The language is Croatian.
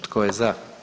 Tko je za?